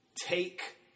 take